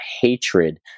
hatred